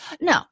No